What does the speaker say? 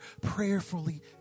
Prayerfully